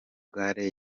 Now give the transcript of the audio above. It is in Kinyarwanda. gare